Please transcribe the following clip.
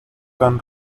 con